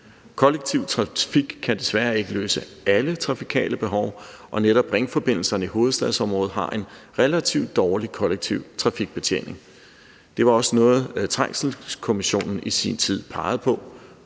Kollektiv trafik kan desværre ikke løse alle trafikale behov, og netop ringforbindelserne i hovedstadsområdet har en relativt dårlig kollektiv trafikbetjening. Det var også noget, Trængselskommissionen i sin tid pegede på.